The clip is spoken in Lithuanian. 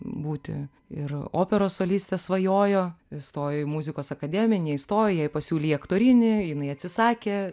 būti ir operos soliste svajojo stojo į muzikos akademiją neįstojo jai pasiūlė į aktorinį jinai atsisakė